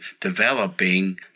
developing